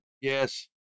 Yes